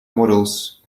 models